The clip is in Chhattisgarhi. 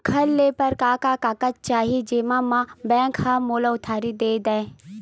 घर ले बर का का कागज चाही जेम मा बैंक हा मोला उधारी दे दय?